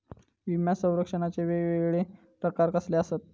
विमा सौरक्षणाचे येगयेगळे प्रकार कसले आसत?